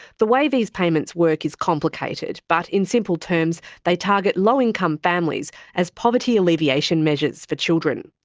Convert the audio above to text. the way these payments work is complicated, but in simple terms they target low income families as poverty alleviation measures for children.